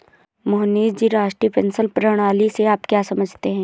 मोहनीश जी, राष्ट्रीय पेंशन प्रणाली से आप क्या समझते है?